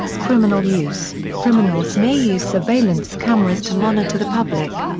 criminal use criminals may use surveillance cameras to monitor the public.